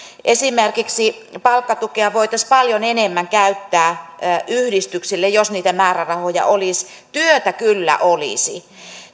esimerkiksi palkkatukea voitaisiin paljon enemmän käyttää yhdistyksille jos niitä määrärahoja olisi työtä kyllä olisi